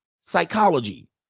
psychology